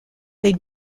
les